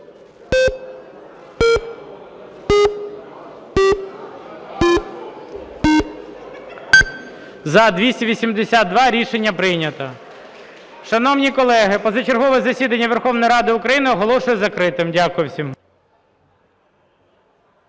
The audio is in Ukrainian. За-282 Рішення прийнято. Шановні колеги, позачергове засідання Верховної Ради України оголошую закритим. Дякую всім.